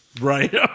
Right